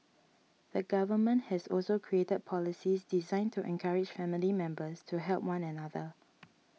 the government has also created policies designed to encourage family members to help one another